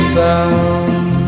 found